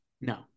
no